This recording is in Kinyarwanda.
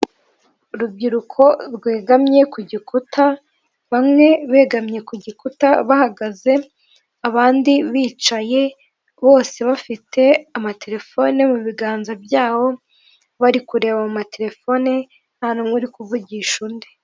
Urubyiruko rwegamye ku gikuta bamwe begamye ku gikuta bahagaze ,abandi bicaye bose bafite amatelefoni mu biganza byabo ,bari kureba mu matelefone nta n'umwe uri kuvugisha undi.